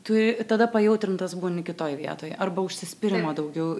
tu tada pajautrintas būni kitoj vietoj arba užsispyrimo daugiau ii gauni kur